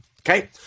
Okay